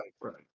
Right